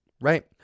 Right